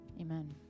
Amen